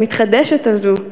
המתחדשת הזו,